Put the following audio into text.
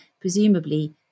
presumably